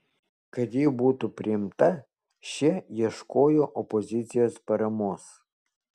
kad ji būtų priimta šie ieškojo opozicijos paramos